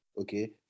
okay